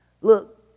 Look